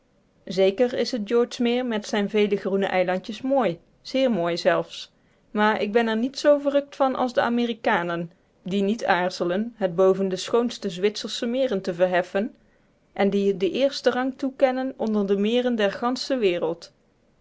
zeker is het george meer met zijne vele groene eilandjes mooi zeer mooi zelfs maar ik ben er niet zoo verrukt van als de amerikanen die niet aarzelen het boven de schoonste zwitsersche meren te verheffen en die het den eersten rang toekennen onder de meren der gansche wereld